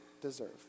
deserve